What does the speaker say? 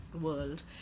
world